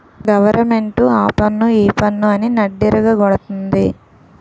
government ఆపన్ను ఈపన్ను అని నడ్డిరగ గొడతంది